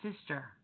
sister